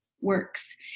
works